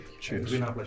Cheers